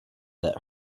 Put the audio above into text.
that